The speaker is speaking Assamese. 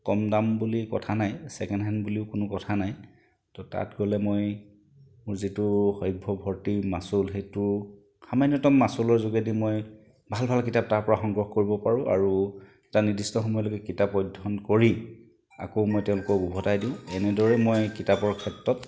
কম দাম বুলি কথা নাই ছেকেণ্ড হেণ্ড বুলিও কোনো কথা নাই ত' তাত গ'লে মই মোৰ যিটো সভ্য ভৰ্তি মাচুল সেইটো সামান্যতম মাচুলৰ যোগেদি মই ভাল ভাল কিতাপ তাৰপৰা সংগ্ৰহ কৰিব পাৰো আৰু এটা নিৰ্দিষ্ট সময়লৈকে কিতাপ অধ্যয়ন কৰি আকৌ মই তেওঁলোকক উভতাই দিওঁ এনেদৰেই মই কিতাপৰ ক্ষেত্ৰত